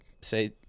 Say